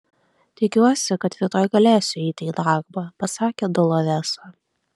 tikiuosi kad rytoj galėsiu eiti į darbą pasakė doloresa